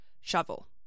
Shovel